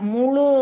Mulu